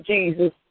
Jesus